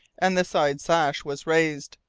and the side sash was raised.